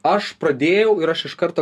aš pradėjau ir aš iš karto